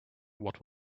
what